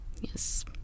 Yes